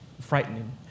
frightening